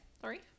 sorry